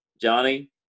Johnny